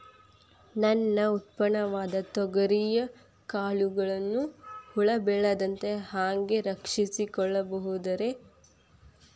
ನನ್ನ ಉತ್ಪನ್ನವಾದ ತೊಗರಿಯ ಕಾಳುಗಳನ್ನ ಹುಳ ಬೇಳದಂತೆ ಹ್ಯಾಂಗ ರಕ್ಷಿಸಿಕೊಳ್ಳಬಹುದರೇ?